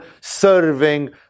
serving